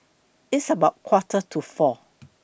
its about Quarter to four